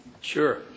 Sure